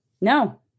No